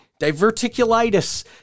diverticulitis